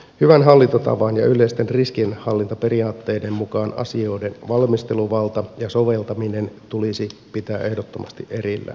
hyvän hallintotavan ja yleisten riskienhallintaperiaatteiden mukaan asioiden valmisteluvalta ja soveltaminen tulisi pitää ehdottomasti erillään